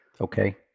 Okay